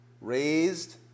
raised